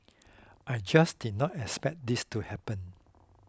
I just did not expect this to happen